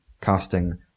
casting